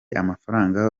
amafaranga